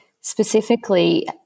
specifically